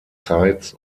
zeitz